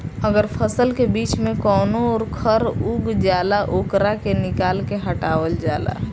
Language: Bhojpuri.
अगर फसल के बीच में कवनो खर उग जाला ओकरा के निकाल के हटावल जाला